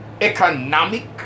economic